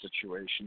situation